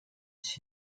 气体